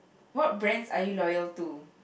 what brands are you loyal to